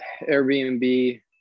airbnb